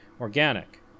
organic